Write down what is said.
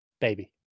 baby